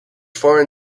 foreign